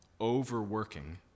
overworking